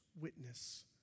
witness